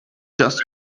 just